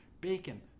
Bacon